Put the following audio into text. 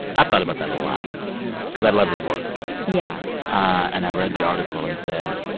i've thought about that a lot because i love his work yeah and i read the article and said,